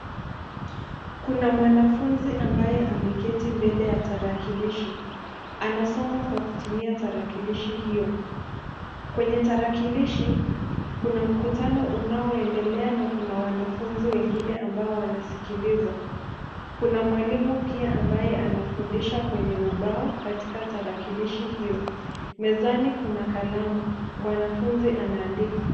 Kuna mwanafunzi ambaye ameketi mbele ya tarakilishi, anasoma kwa kutumia tarakilishi hio. Kwenye tarakilishi kuna mkutano unaoendelea, na kuna wanafunzi wengine ambao wanasikiliza. Kuna mwalimu pia ambaye anafundisha kwenye ubao katika tarakilishi hio. Mezani kuna kalamu. Mwanafunzi anaandika.